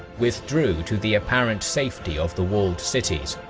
withdrew to the apparent safety of the walled cities,